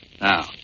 Now